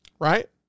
right